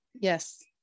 Yes